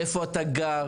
איפה אתה גר,